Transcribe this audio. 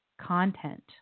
content